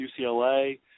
UCLA